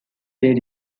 they